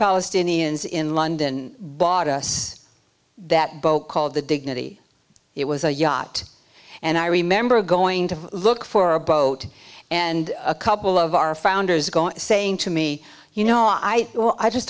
palestinians in london bought us that boat called the dignity it was a yacht and i remember going to look for a boat and a couple of our founders gone saying to me you know i just